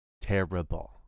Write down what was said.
terrible